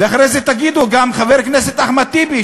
ואחרי זה תגידו גם חבר הכנסת אחמד טיבי,